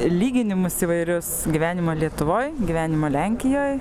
lyginimus įvairius gyvenimą lietuvoj gyvenimą lenkijoj